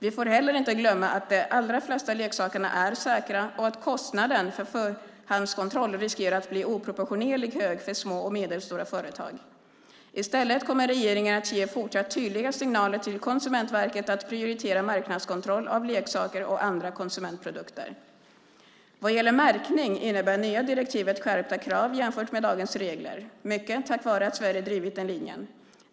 Vi får heller inte glömma att de allra flesta leksakerna är säkra och att kostnaden för förhandskontroll riskerar att bli oproportionerligt hög för små och medelstora företag. I stället kommer regeringen att ge fortsatt tydliga signaler till Konsumentverket att prioritera marknadskontroll av leksaker och andra konsumentprodukter. Vad gäller märkning innebär det nya direktivet skärpta krav jämfört med dagens regler, mycket tack vare att Sverige drivit den linjen.